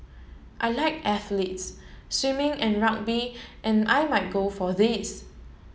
I like athletes swimming and rugby and I might go for these